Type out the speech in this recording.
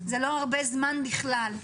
זה לא הרבה זמן בכלל.